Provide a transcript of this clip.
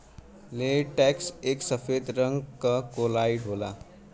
latex एक सफेद रंग क कोलाइड होला